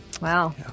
Wow